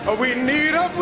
but we and need ah